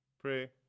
pray